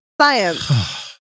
science